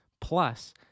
Plus